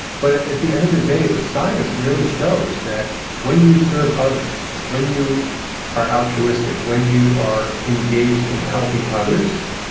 but at the end of the day, the science really shows that when you serve others, when you are altruistic, when you are engaged in helping others,